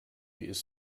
ist